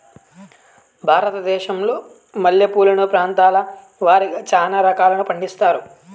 భారతదేశంలో మల్లె పూలను ప్రాంతాల వారిగా చానా రకాలను పండిస్తారు